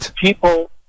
people